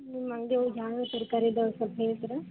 ನಿಮ್ಮ ಅಂಗ್ಡಿಯೊಳಗೆ ಯಾವ್ಯಾವ ತರಕಾರಿ ಇದಾವೆ ಸ್ವಲ್ಪ್ ಹೇಳ್ತೀರಾ